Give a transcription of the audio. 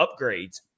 upgrades